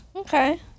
Okay